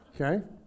Okay